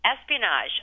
espionage